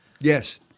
Yes